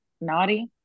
naughty